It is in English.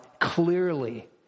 clearly